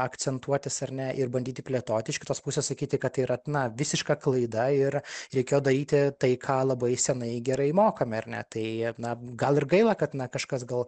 akcentuotis ar ne ir bandyti plėtoti iš kitos pusės sakyti kad yra na visiška klaida ir reikėjo daryti tai ką labai senai gerai mokame ar ne tai na gal ir gaila kad na kažkas gal